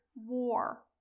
war